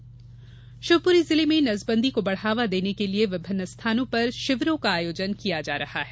नसबंदी शिवपुरी जिले में परिवार नियोजन को बढ़ावा देने के लिए विभिन्न स्थानों पर नसबंदी शिविरों का आयोजन किया जा रहा है